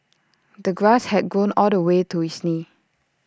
the grass had grown all the way to his knees